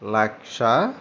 లక్ష